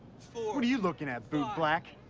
four what are you looking at, boot black?